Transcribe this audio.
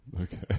Okay